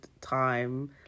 time